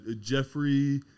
jeffrey